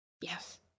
yes